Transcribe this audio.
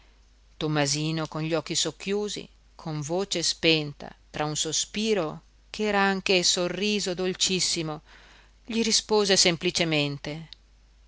tommasino con gli occhi socchiusi con voce spenta tra un sospiro ch'era anche sorriso dolcissimo gli rispose semplicemente